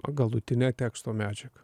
galutine teksto medžiaga